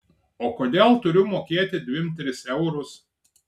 o kodėl turiu mokėti dvim tris eurus